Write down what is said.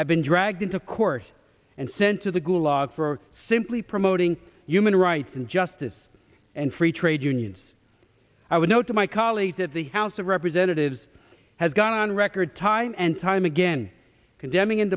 have been dragged into court and sent to the gulag for simply promoting human rights injustice and free trade unions i would note to my colleagues at the house of representatives has gone on record time and time again condemning in